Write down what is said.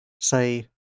say